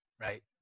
right